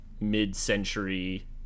mid-century